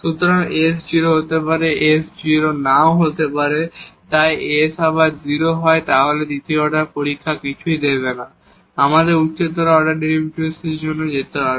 সুতরাং s 0 হতে পারে s 0 নাও হতে পারে তাই যদি s আবার 0 হয় তাহলে দ্বিতীয় অর্ডার পরীক্ষা কিছুই দেবে না এবং আমাদের উচ্চতর অর্ডার ডেরিভেটিভের জন্য যেতে হবে